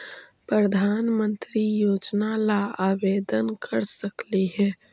प्रधानमंत्री योजना ला आवेदन कर सकली हे?